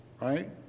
right